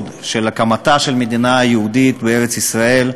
של הקמתה של המדינה היהודית בארץ-ישראל,